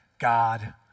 God